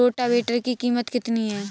Rotavator की कीमत कितनी है?